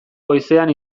goizean